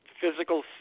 physical